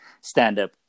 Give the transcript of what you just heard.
stand-up